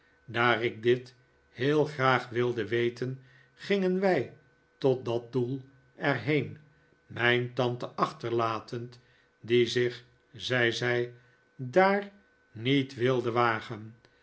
daar ik dit heel graag wilde weten gingen wij tot dat doel er heen mijn tante achterlatend die zich zei zij daar niet wilde wagen